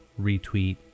retweet